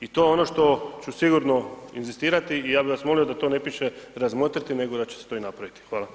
I to je ono što ću sigurno inzistirati i ja bi vas molio da tio ne piše, ramotriti, nego da će se to i napraviti.